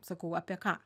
sakau apie ką